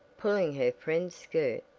pulling her friend's skirt,